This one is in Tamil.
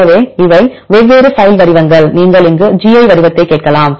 எனவே இவை வெவ்வேறு பைல் வடிவங்கள் நீங்கள் இங்கு gi வடிவத்தை கேட்கலாம்